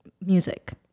music